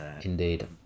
indeed